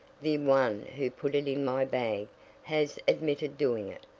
the one who put it in my bag has admitted doing it.